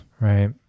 right